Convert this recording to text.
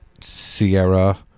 Sierra